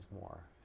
more